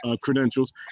credentials